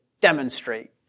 demonstrate